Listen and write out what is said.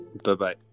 Bye-bye